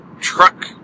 truck